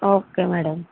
okay madam